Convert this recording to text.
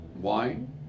wine